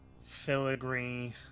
filigree